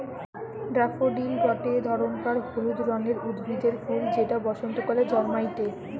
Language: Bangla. ড্যাফোডিল গটে ধরণকার হলুদ রঙের উদ্ভিদের ফুল যেটা বসন্তকালে জন্মাইটে